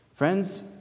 Friends